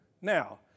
Now